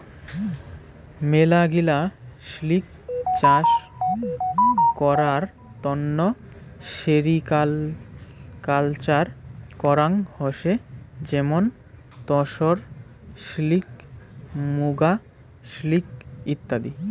মেলাগিলা সিল্ক চাষ করার তন্ন সেরিকালকালচার করাঙ হসে যেমন তসর সিল্ক, মুগা সিল্ক ইত্যাদি